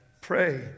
pray